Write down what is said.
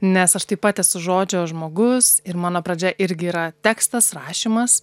nes aš taip pat esu žodžio žmogus ir mano pradžia irgi yra tekstas rašymas